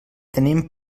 tenim